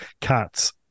cats